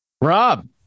Rob